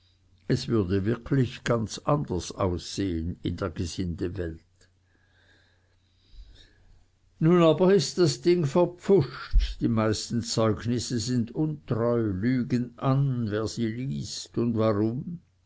es würde wirklich ganz anders aussehen in der gesindewelt nun aber ist das ding verpfuscht die meisten zeugnisse sind untreu lügen an wer sie liest und warum